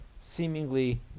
seemingly